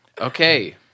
Okay